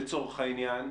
לצורך העניין,